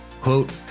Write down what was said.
quote